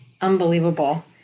Unbelievable